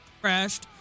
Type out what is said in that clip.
crashed